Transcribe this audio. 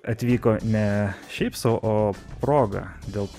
atvyko ne šiaip sau o proga dėl